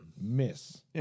miss